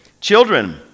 Children